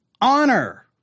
honor